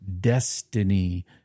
destiny